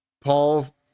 Paul